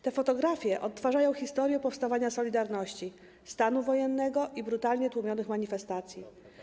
Te fotografie odtwarzają historię powstawania „Solidarności”, stanu wojennego i brutalnie tłumionych manifestacji.